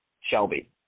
Shelby